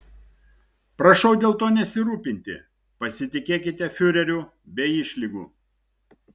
prašau dėl to nesirūpinti pasitikėkite fiureriu be išlygų